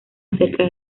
acerca